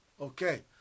okay